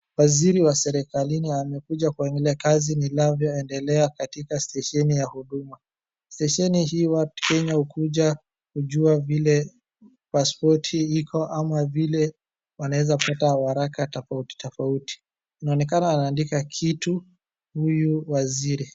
Waziri wa serikalini amekuja kuangalia kazi inavyoendelea katika stesheni ya Huduma. Stesheni hii watu Kenya hukuja kujua vile paspoti iko ama vile, waneza pata waraka tofauti tofauti. Inaonekana anaandka kitu huyu waziri.